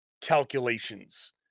calculations